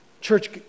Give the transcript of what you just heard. Church